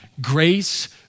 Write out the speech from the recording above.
grace